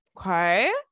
Okay